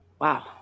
wow